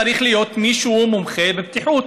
צריך להיות מישהו מומחה בבטיחות.